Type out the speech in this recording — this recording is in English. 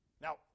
Now